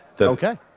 Okay